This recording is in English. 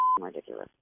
ridiculous